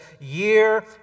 year